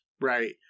Right